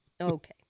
Okay